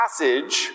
passage